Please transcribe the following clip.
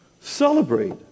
celebrate